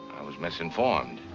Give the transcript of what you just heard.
i was misinformed.